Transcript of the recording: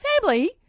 Family